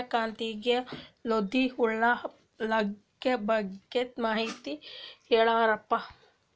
ಸೂರ್ಯಕಾಂತಿಗೆ ಲದ್ದಿ ಹುಳ ಲಗ್ಗೆ ಬಗ್ಗೆ ಮಾಹಿತಿ ಹೇಳರಪ್ಪ?